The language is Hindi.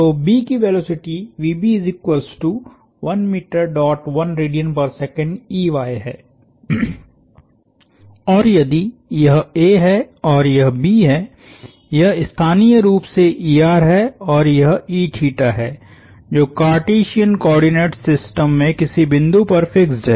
तो B की वेलोसिटीहै और यदि यह A है और यह B है यह स्थानीय रूप से है और यह है जो कार्टेशियन कोऑर्डिनेट्स सिस्टम में किसी बिंदु पर फिक्स्ड है